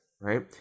right